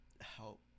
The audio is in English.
help